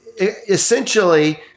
essentially